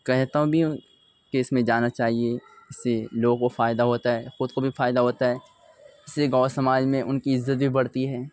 کہتا ہوں کہ اس میں جانا چاہیے اس سے لوگوں کو فائدہ ہوتا ہے خود کو بھی فائدہ ہوتا ہے اس سے گاؤں سماج میں ان کی عزّت بھی بڑھتی ہے